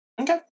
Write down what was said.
Okay